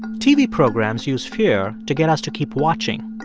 tv programs use fear to get us to keep watching.